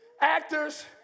actors